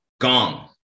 Gong